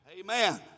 Amen